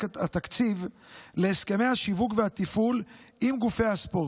התקציב להסכמי השיווק והתפעול עם גופי הספורט,